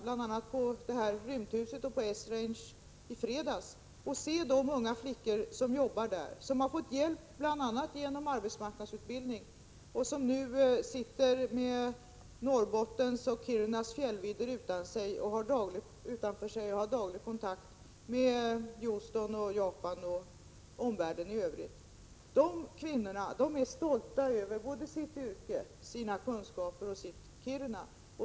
Jag besökte bl.a. Rymdhuset och Esrange och träffade då de unga flickor som jobbar där och som har fått hjälp bl.a. genom arbetsmarknadsutbildning. De har Kirunas fjällvidder utanför fönstret, och de har även daglig kontakt med Houston, Japan och omvärlden i övrigt. De kvinnorna är stolta såväl över sitt yrke som över sina kunskaper och sitt Kiruna.